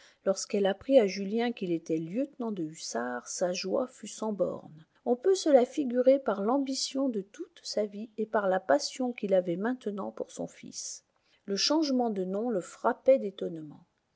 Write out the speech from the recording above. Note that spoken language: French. lorsqu'elle apprit à julien qu'il était lieutenant de hussards sa joie fut sans bornes on peut se la figurer par l'ambition de toute sa vie et par la passion qu'il avait maintenant pour son fils le changement de nom le frappait d'étonnement